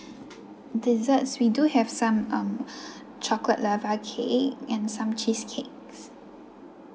desserts we do have some um chocolate lava cake and some cheesecake